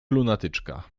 lunatyczka